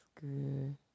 good